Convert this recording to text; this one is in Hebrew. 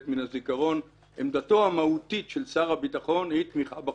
מן הזיכרון עמדתו המהותית של שר הביטחון היא תמיכה בחוק.